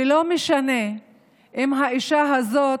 ולא משנה אם האישה הזאת